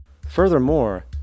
Furthermore